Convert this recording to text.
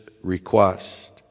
request